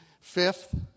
Fifth